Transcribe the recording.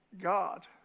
God